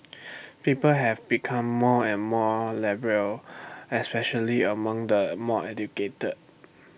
people have become more and more liberal especially among the more educated